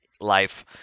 life